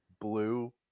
blue